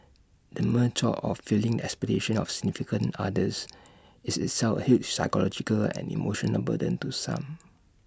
the mere thought of failing expectations of significant others is itself A huge psychological and emotional burden to some